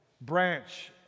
branch